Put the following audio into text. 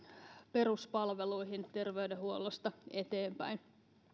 peruspalveluihin terveydenhuollosta eteenpäin